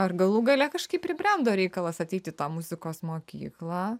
ar galų gale kažkaip pribrendo reikalas ateit į tą muzikos mokyklą